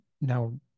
now